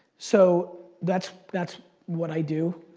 so that's that's what i do.